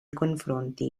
confronti